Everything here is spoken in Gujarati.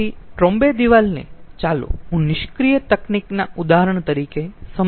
તેથી ટ્રોમ્બે દિવાલને ચાલો હું નિષ્ક્રિય તકનીકના ઉદાહરણ તરીકે સમજાવું